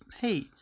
hey